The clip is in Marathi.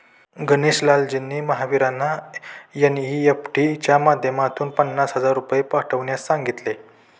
गणेश लालजींनी महावीरांना एन.ई.एफ.टी च्या माध्यमातून पन्नास हजार रुपये पाठवण्यास सांगितले